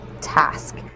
task